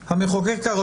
חילוקי הדעת ביננו,